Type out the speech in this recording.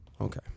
Okay